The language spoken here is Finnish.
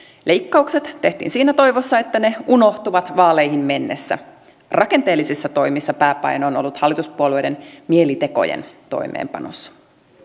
leikkaukset tehtiin siinä toivossa että ne unohtuvat vaaleihin mennessä rakenteellisissa toimissa pääpaino on on ollut hallituspuolueiden mielitekojen toimeenpanossa